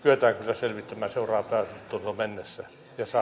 yö taikka selvitimme seurata suomen messut jossa